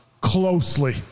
closely